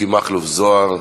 מיקי מכלוף זוהר,